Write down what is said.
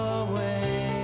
away